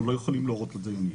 אנחנו לא יכולים להורות לדיינים,